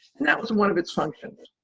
and that was one of its functions.